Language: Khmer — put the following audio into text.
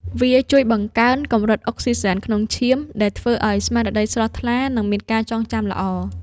វាជួយបង្កើនកម្រិតអុកស៊ីហ្សែនក្នុងឈាម ដែលធ្វើឱ្យស្មារតីស្រស់ថ្លា និងមានការចងចាំល្អ។